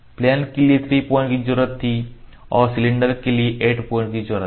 plane के लिए 3 points के जरूरत थी और सिलेंडर के लिए 8 पॉइंट की जरूरत है